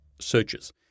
searches